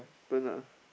turn ah